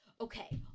okay